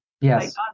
Yes